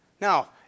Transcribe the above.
Now